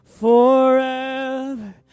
Forever